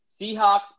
Seahawks